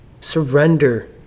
surrender